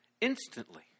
Instantly